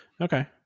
Okay